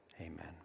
amen